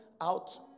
out